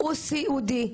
ילד סיעודי.